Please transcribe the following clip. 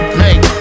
make